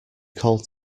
called